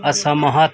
असहमत